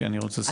אני רוצה לסכם.